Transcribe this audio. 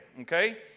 Okay